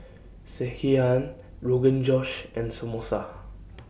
Sekihan Rogan Josh and Samosa